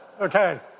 Okay